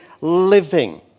living